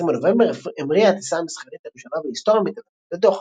ב-20 בנובמבר המריאה הטיסה המסחרית הראשונה בהיסטוריה מתל אביב לדוחה.